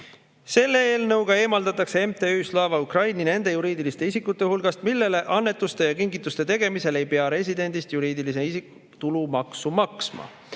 Selle eelnõuga eemaldatakse MTÜ Slava Ukraini nende juriidiliste isikute hulgast, millele annetuste ja kingituste tegemisel ei pea residendist juriidilise isiku tulumaksu maksma.